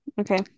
okay